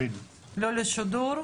לא לשידור,